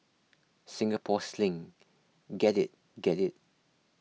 Singapore Sling get it get it